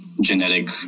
genetic